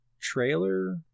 trailer